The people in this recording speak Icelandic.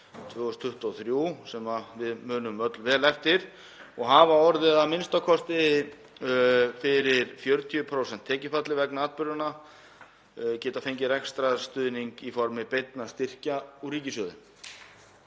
2023, sem við munum öll vel eftir, og hafa orðið a.m.k. fyrir 40% tekjufalli vegna atburðanna, geti fengið rekstrarstuðning í formi beinna styrkja úr ríkissjóði.